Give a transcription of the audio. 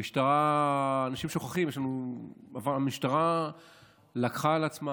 אנשים שוכחים: המשטרה לקחה על עצמה,